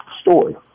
story